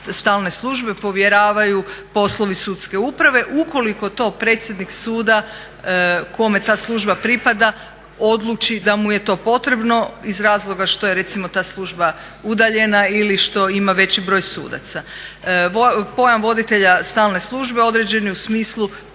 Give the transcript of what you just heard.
stalne službe povjeravaju poslovi sudske uprave, ukoliko to predsjednik suda kome ta služba pripada odluči da mu je to potrebno iz razloga što je recimo ta služba udaljena ili što ima veći broj sudaca. Pojam voditelja stalne službe određen je u smislu